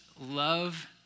love